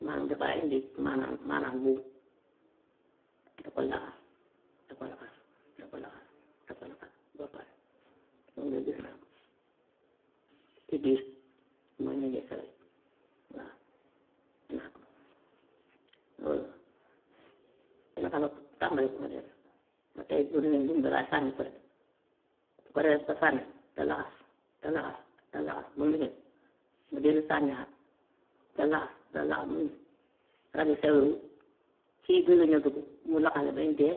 Man dafay indi maanaam maanaam buum da ko laxas, da ko laxas, da ko laxas, da ko laxas, ba pare mun nga génnaat ci biir muy nenee saw yi waa naa ko loolu la. Dina ko nag tàmbalee ko nële ba tey bu demee buum bi lay sànni fële, su ko defee bu ko sànnee te laxas, te laxas, te laxas ba mu xéeg mu jëli sànniaat, te laxas, te laxas mu rab yu sew yooyu si biir lañuy dugg mu laxas leen ba ñu dee,